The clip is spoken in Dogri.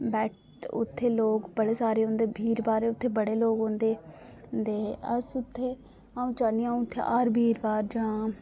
उत्थै लोक बड़े सारे औंदे भीड़ भाड़ उत्थै बड़े लोक औंदे दे अस उत्थै जन्ने हर बीर बार जां